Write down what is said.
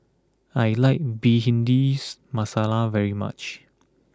I like Bhindi Masala very much